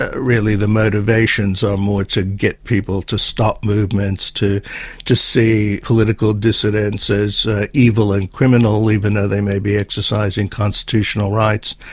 ah really, the motivations are more to get people to stop movements, to to see political dissidents as evil and criminal, even though they may be exercising constitutional rights.